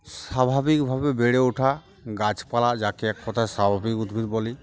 স্বাভাবিকভাবে বেড়ে ওঠা গাছপালা যাকে এক কথায় স্বাভাবিক উদ্ভিদ বলি